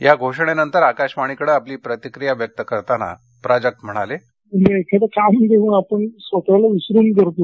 या घोषणेनंतर आकाशवाणीकडे आपली प्रतिक्रिया व्यक्त करताना प्राजक्त म्हणाले एखादं काम जणू आपण स्वतःला विसरून करतो